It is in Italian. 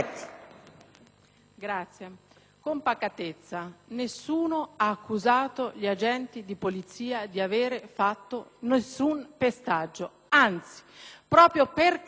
Presidente, con pacatezza: nessuno ha accusato gli agenti di polizia di aver fatto un pestaggio. Anzi, proprio per verificare